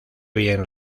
bien